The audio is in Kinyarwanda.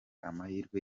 amahirwe